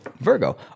Virgo